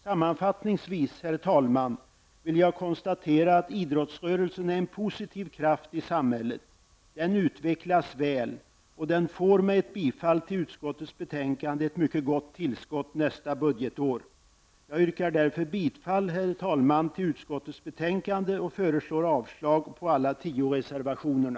Sammanfattningsvis, herr talman, vill jag konstatera att idrottsrörelsen är en positiv kraft i samhället, den utvecklas väl och den får med ett bifall till hemställan i utskottets betänkande ett mycket gott tillskott nästa budgetår. Jag yrkar därför, herr talman, bifall till utskottets hemställan i betänkandet och föreslår avslag på alla tio reservationerna.